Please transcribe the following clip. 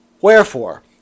Wherefore